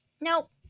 nope